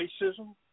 racism